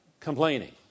Complaining